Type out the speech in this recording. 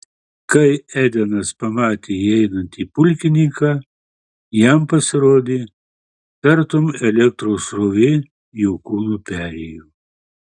kai edenas pamatė įeinantį pulkininką jam pasirodė tartum elektros srovė jo kūnu perėjo